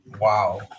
Wow